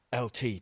LT